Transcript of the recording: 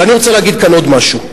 ואני רוצה להגיד כאן עוד משהו: